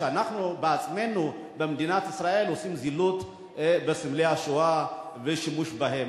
כשאנחנו בעצמנו במדינת ישראל עושים זילות לסמלי השואה ושימוש בהם.